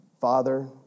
Father